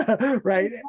right